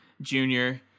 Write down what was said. Junior